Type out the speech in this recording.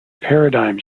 paradigm